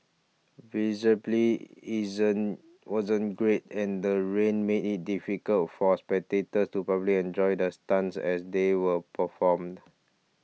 visibly isn't wasn't great and the rain made it difficult for spectators to properly enjoy the stunts as they were performed